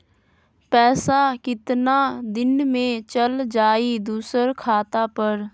पैसा कितना दिन में चल जाई दुसर खाता पर?